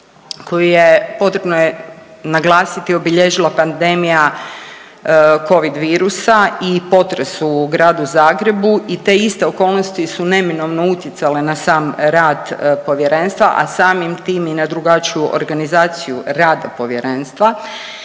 koju je, potrebno je naglasiti obilježila pandemija Covid virusa i potres u Gradu Zagrebu i te iste okolnosti su neminovno utjecale na sam rad povjerenstva, a samim tim i na drugačiju organizaciju rada povjerenstva.